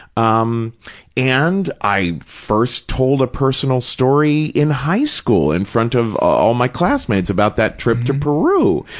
um and i first told a personal story in high school in front of all my classmates about that trip to peru.